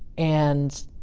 and